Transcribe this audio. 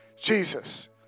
Jesus